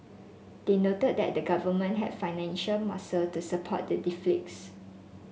they noted that the government have financial muscle to support the deficits